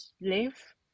live